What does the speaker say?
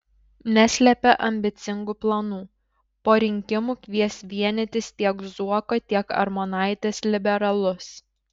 neslepia ambicingų planų po rinkimų kvies vienytis tiek zuoko tiek armonaitės liberalus